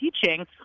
teaching